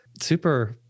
super